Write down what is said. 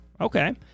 okay